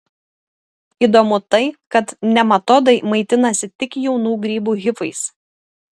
įdomu tai kad nematodai maitinasi tik jaunų grybų hifais